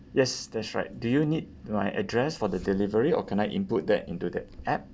yes that's right do you need my address for the delivery or can I input that into the app